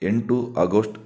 ಎಂಟು ಆಗೊಶ್ಟ್